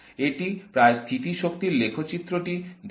এটি প্রায় স্থিতি শক্তির লেখচিত্র টি দেয়